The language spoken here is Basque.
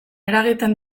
eragiten